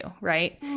right